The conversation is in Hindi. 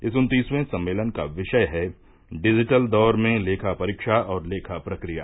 इस उन्तीसवें सम्मेलन का विषय है डिजिटल दौर में लेखा परीक्षा और लेखा प्रक्रिया